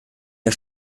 der